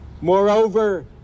Moreover